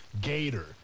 gator